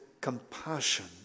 compassion